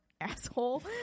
asshole